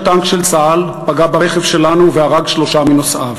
טנק של צה"ל פגע ברכב שלנו והרג שלושה מנוסעיו.